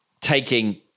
taking